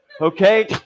Okay